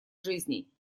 жизней